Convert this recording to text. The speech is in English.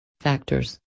factors